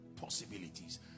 possibilities